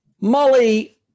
Molly